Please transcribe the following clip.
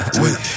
wait